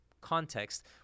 context